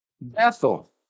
Bethel